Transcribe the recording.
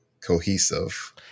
cohesive